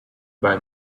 buy